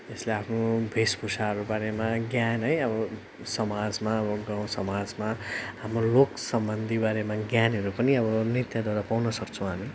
एयले आफ्नो भेषभुषाहरू बारेमा ज्ञान है अब समाजमा अब गाउँसमाजमा हाम्रो लोक सम्बन्धीबारेमा ज्ञानहरू पनि अब नृत्यद्वारा पाउनु सक्छौँ हामी